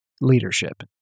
leadership